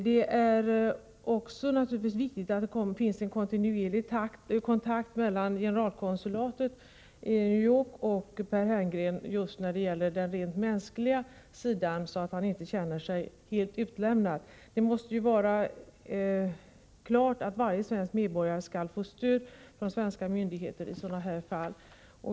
Det är naturligtvis viktigt att det finns en kontinuerlig kontakt mellan generalkonsulatet i New York och Per Herngren när det gäller den rent mänskliga sidan, så att han inte känner sig helt utlämnad. Det måste vara klart att varje svensk medborgare skall få stöd från svenska myndigheter i sådana här fall.